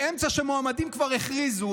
באמצע שמועמדים כבר הכריזו,